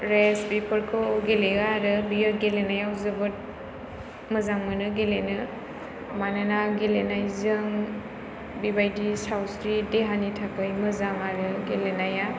race बेफोरखौ गेलेयो आरो बियो गेलेनायाव जोबोर मोजां मोनो गेलेनो मानोना गेलेनायजों बेबायदि सावस्रि देहानि थाखाय मोजां आरो गेलेनाया